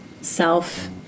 self